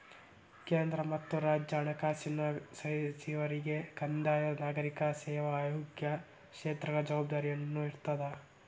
ಕೇಂದ್ರ ಮತ್ತ ರಾಜ್ಯ ಹಣಕಾಸಿನ ಸಚಿವರಿಗೆ ಕಂದಾಯ ನಾಗರಿಕ ಸೇವಾ ಆಯೋಗ ಕ್ಷೇತ್ರಗಳ ಜವಾಬ್ದಾರಿನೂ ಇರ್ತದ